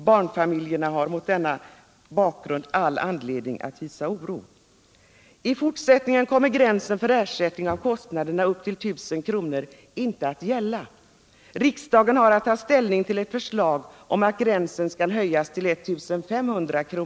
Barnfamiljerna har mot denna bakgrund all anledning att hysa oro.” I fortsättningen kommer gränsen för ersättning av kostnaderna upp till 1000 kr. inte att gälla. Riksdagen har att ta ställning till ett förslag om att gränsen skall höjas till 1 500 kr.